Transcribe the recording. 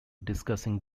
discussing